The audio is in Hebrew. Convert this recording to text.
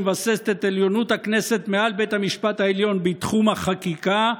שמבססת את עליונות הכנסת מעל בית המשפט העליון בתחום החקיקה,